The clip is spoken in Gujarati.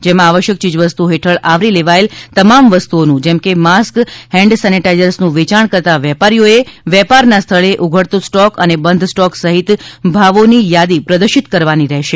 જેમાં આવશ્યક ચીજવસ્તુઓ હેઠળ આવરી લેવાયેલ તમામ વસ્તુઓનું જેમકે માસ્ક હેન્ડ સેનેટાઇઝર્સનું વેચાણ કરતાં વેપારીઓએ વેપારના સ્થળે ઉઘડતો સ્ટોક અને બંધ સ્ટોક સહિત ભાવોની યાદી પ્રદર્શિત કરવાની રહેશે